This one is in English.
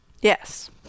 Yes